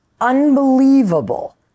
unbelievable